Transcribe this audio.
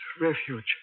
refuge